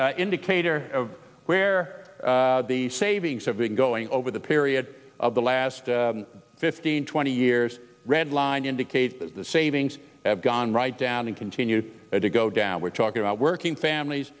a indicator of where the savings have been going over the period of the last fifteen twenty years red line indicate that the savings have gone right down and continue to go down we're talking about working families